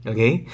Okay